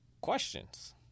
questions